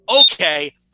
okay